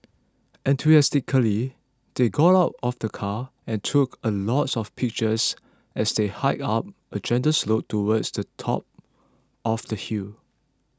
enthusiastically they got out of the car and took a lot of pictures as they hiked up a gentle slope towards the top of the hill